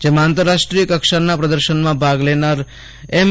જેમાં આંતરરાષ્ટ્રીય કક્ષાના પ્રદર્શનમાં ભાગ લેનાર એમ